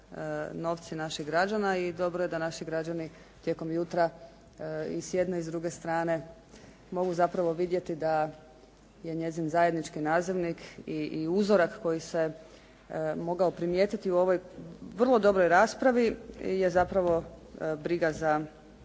novci naših građana i dobro je da naši građani tijekom jutra i s jedne i s druge strane mogu zapravo vidjeti da je njezin zajednički nazivnik i uzorak koji se mogao primijetiti u ovoj vrlo dobroj raspravi je zapravo briga za